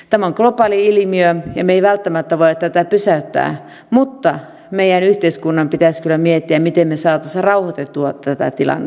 tämä on globaali ilmiö ja me emme välttämättä voi tätä pysäyttää mutta meidän yhteiskuntamme pitäisi kyllä miettiä miten me saisimme rauhoitettua tätä tilannetta